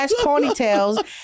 ponytails